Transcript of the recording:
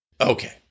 Okay